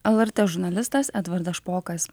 lrt žurnalistas edvardas špokas